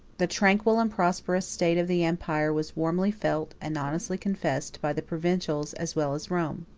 the tranquil and prosperous state of the empire was warmly felt, and honestly confessed, by the provincials as well as romans.